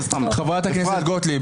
חברת הכנסת גוטליב.